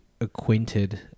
acquainted